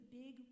big